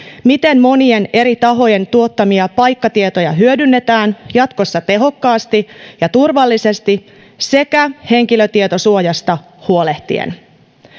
miten monien eri tahojen tuottamia paikkatietoja hyödynnetään jatkossa tehokkaasti ja turvallisesti sekä henkilötietosuojasta huolehtien